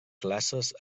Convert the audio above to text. classes